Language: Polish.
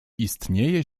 istnieje